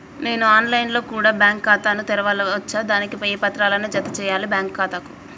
నేను online లో కూడా బ్యాంకు ఖాతా ను తెరవ వచ్చా? దానికి ఏ పత్రాలను జత చేయాలి బ్యాంకు ఖాతాకు?